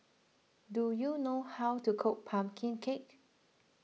do you know how to cook Pumpkin Cake